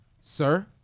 Sir